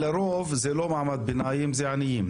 לרוב זה לא מעמד ביניים אלא עניים,